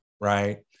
right